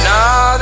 Now